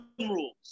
rules